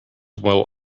will